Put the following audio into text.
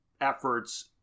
efforts